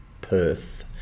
Perth